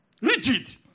Rigid